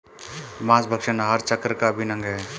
माँसभक्षण आहार चक्र का अभिन्न अंग है